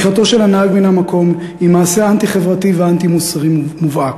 בריחתו של הנהג מן המקום היא מעשה אנטי-חברתי ואנטי-מוסרי מובהק,